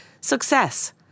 Success